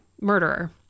murderer